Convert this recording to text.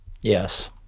Yes